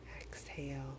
exhale